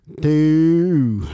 two